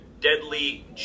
deadly